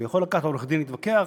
הוא יכול לקחת עורך-דין שיתווכח,